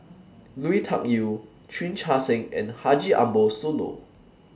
Lui Tuck Yew Chan Chee Seng and Haji Ambo Sooloh